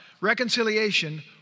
reconciliation